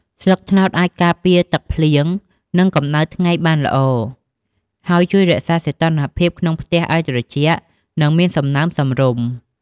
ស្លឹកត្នោតអាចការពារទឹកភ្លៀង និងកំដៅថ្ងៃបានល្អ ហើយជួយរក្សាសីតុណ្ហភាពក្នុងផ្ទះឲ្យត្រជាក់ និងមានសំណើមសមរម្យ។